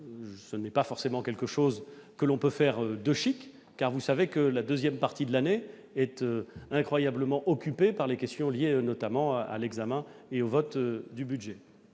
Ce n'est pas forcément quelque chose que l'on peut faire de chic, car, vous le savez, la deuxième partie de l'année est incroyablement occupée par les questions liées notamment à l'examen et au vote du budget.